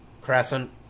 crescent